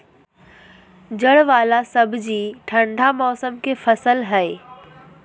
जड़ वाला सब्जि ठंडा मौसम के फसल हइ